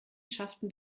schafften